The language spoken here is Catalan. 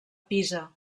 pisa